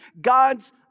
God's